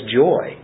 joy